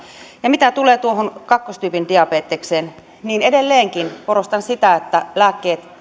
ja mitä tulee tuohon kakkostyypin diabetekseen niin edelleenkin korostan sitä että lääkkeet